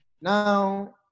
now